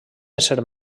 ésser